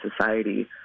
society